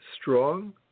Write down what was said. strong